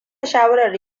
shawarar